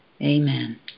Amen